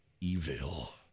evil